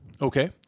Okay